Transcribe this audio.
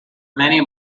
many